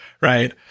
right